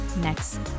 next